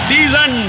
Season